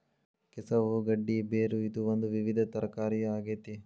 ಕೆಸವು ಗಡ್ಡಿ ಬೇರು ಇದು ಒಂದು ವಿವಿಧ ತರಕಾರಿಯ ಆಗೇತಿ